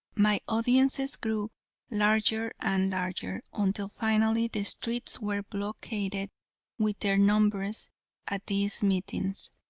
my audiences grew larger and larger, until finally the streets were blockaded with their numbers at these meetings.